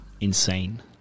insane